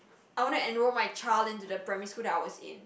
I want to enrol my child into the primary school that I was in